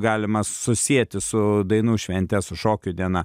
galima susieti su dainų švente su šokių diena